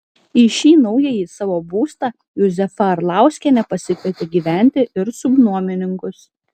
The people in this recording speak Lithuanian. į šį naująjį savo būstą juzefa arlauskienė pasikvietė gyventi ir subnuomininkus